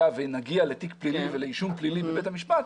היה ונגיע לתיק פלילי ולאישום פלילי בבית המשפט,